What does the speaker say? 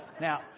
Now